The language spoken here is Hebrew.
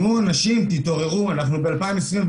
אנשים, תתעוררו, אנחנו ב-2021,